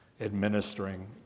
Administering